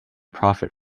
profit